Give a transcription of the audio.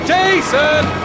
Jason